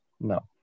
No